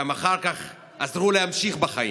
אחר כך גם עזרו להמשיך בחיים,